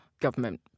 government